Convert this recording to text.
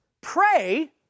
Pray